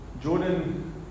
Jordan